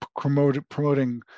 promoting